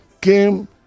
came